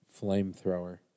flamethrower